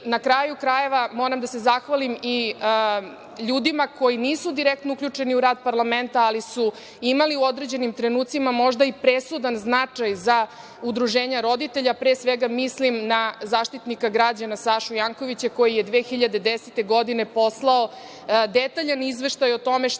Na kraju krajeva, moram da se zahvalim i ljudima koji nisu direktno uključeni u rad parlamenta, ali su imali u određenim trenucima možda i presudan značaj za udruženja roditelja. Pre svega mislim na Zaštitnika građana Sašu Jankovića, koji je 2010. godine poslao detaljan izveštaj o tome šta je